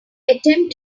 attempt